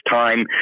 time